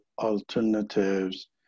alternatives